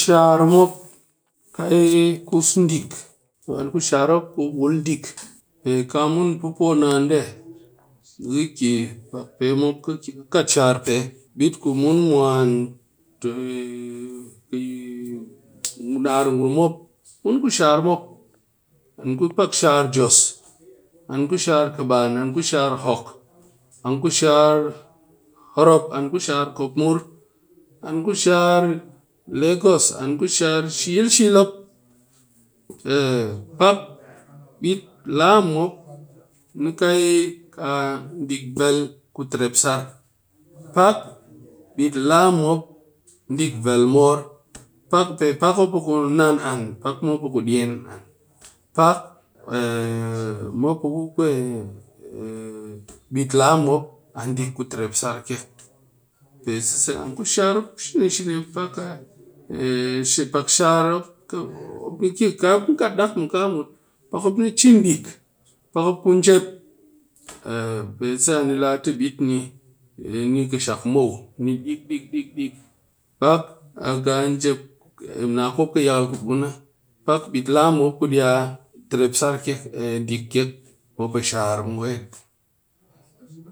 An ku shar ku mop wul ndik pe ka mun me pɨ ponaan nde be ki kat shar pe, bit ku mun mwan ki nar ngurum mop mun ku shar mop an pak shar jos, an ku shar kaban an ku shar hokk, an ku shar horop, an ku shar kopmur, an ku shar lagos, an ku shar shi-yil shi-yil mop pak bit laa mu mop ni kai ka dick vel ku terep sar pak bit laa mɨ mop dick vel moro pe pak a ku naan an pak mnop a ku dyen an pak mop a ku kwe bit laa mɨ mop a dick ku terep sar kek pe seize an ku shar mop shini-shini pak shar mop ni kat dak mɨ kaa mut, pak mop cin dick pak mop ku njep pe seise a ni le a tɨ bit ni kishak muw ni dick-dick pak a kaa em na ku mop kɨ yakal ka bukun mu be mop a shar mu wet.